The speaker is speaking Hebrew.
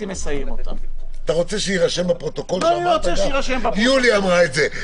יוליה אמרה את זה,